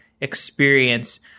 experience